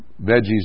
veggies